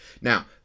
now